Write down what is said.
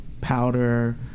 Powder